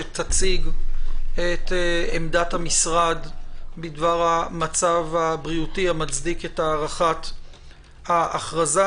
שתציג את עמדת המשרד בדבר המצב הבריאותי המצדיק את הארכת ההכרזה,